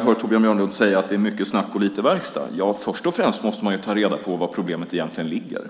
hör Torbjörn Björlund säga att det är mycket snack och lite mindre verkstad. Men först och främst måste man ta reda på var problemet egentligen ligger.